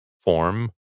Form